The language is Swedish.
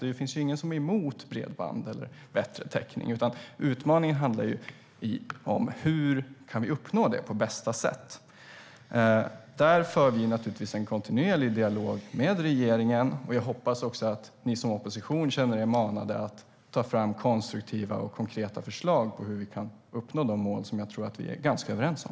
Det finns ingen som är emot bredband eller bättre täckning, utan utmaningen handlar om hur vi kan uppnå detta på bästa sätt. Där för vi en kontinuerlig dialog med regeringen. Jag hoppas att också ni som är i opposition känner er manade att ta fram konstruktiva och konkreta förslag om hur vi kan uppnå de mål som jag tror att vi är överens om.